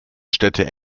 städte